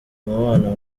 umubano